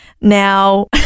Now